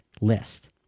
list